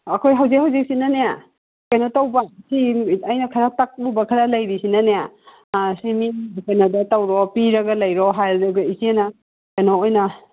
ꯑꯩꯈꯣꯏ ꯍꯧꯖꯤꯛ ꯍꯧꯖꯤꯛꯁꯤꯅꯅꯦ ꯀꯩꯅꯣ ꯇꯧꯕ ꯆꯦꯡ ꯑꯩꯅ ꯈꯔ ꯇꯛꯂꯨꯕ ꯈꯔ ꯂꯩꯔꯤꯁꯤꯅꯅꯦ ꯁꯤ ꯃꯤꯒꯤ ꯀꯩꯅꯣꯗ ꯇꯧꯔꯣ ꯄꯤꯔꯒ ꯂꯩꯔꯣ ꯍꯥꯏꯔꯕꯅꯦ ꯏꯆꯦꯅ ꯀꯩꯅꯣ ꯑꯣꯏꯅ